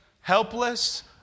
helpless